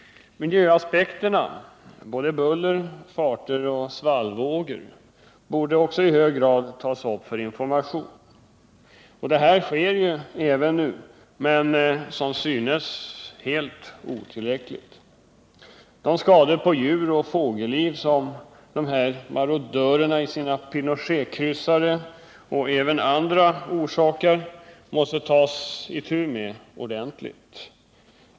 Miljöaspekter i fråga om buller, farter och svallvågor borde också i hög grad tas upp för information. Detta sker nu — men, som synes, helt otillräckligt. De skador på djur och fågelliv som de här ”marodörerna” i sina ”Pinochetkryssare” och även andra orsakar måste det tas itu med ordentligt.